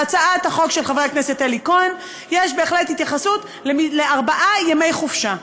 בהצעת החוק של חבר הכנסת אלי כהן יש בהחלט התייחסות לארבעה ימי חופשה.